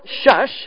shush